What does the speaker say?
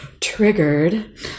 triggered